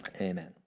Amen